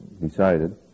decided